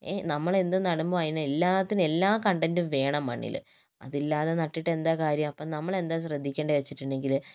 ഏ നമ്മൾ എന്ത് നടുമ്പോൾ അതിന് എല്ലാറ്റിനും എല്ലാ കണ്ടൻ്റും വേണം മണ്ണിൽ അതില്ലാതെ നട്ടിട്ട് എന്താ കാര്യം അപ്പം നമ്മൾ എന്താ ശ്രദ്ധിക്കേണ്ടത് എന്ന് വെച്ചിട്ടുണ്ടെങ്കിൽ